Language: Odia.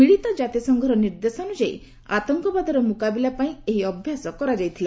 ମିଳିତ ଜାତିସଂଘର ନିର୍ଦ୍ଦେଶାନୁଯାୟୀ ଆତଙ୍କବାଦର ମୁକାବିଲା ପାଇଁ ଏହି ଅଭ୍ୟାସ କରାଯାଇଥିଲା